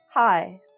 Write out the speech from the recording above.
Hi